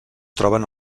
troben